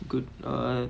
good uh